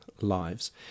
lives